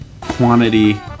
Quantity